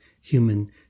human